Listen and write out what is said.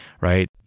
right